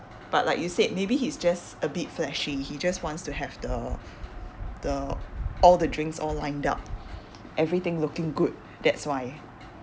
but like you said maybe he's just a bit flashy he just wants to have the the all the drinks all lined up everything looking good that's why